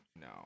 no